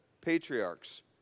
patriarchs